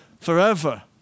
forever